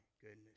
goodness